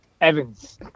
Evans